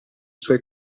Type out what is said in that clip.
suoi